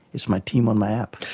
it's my team on my app.